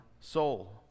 soul